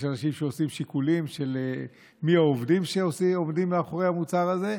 יש אנשים שעושים שיקולים של מי העובדים שעומדים מאחורי המוצר הזה.